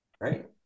Right